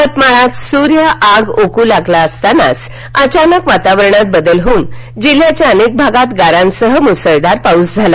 यवतमाळात सूर्य आग ओकू लागला असताना अचानक वातावरणात बदल होऊन जिल्ह्याघ्या अनेक भागात गारांसह मुसळधार पाऊस झाला